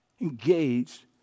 engaged